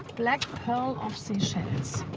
black pearl of seychelles.